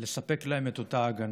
לספק להם את אותה הגנה.